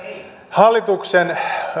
hallituksen